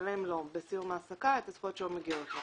לשלם לו בסיום ההעסקה את הזכויות שהיו מגיעות לו.